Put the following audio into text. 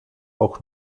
auch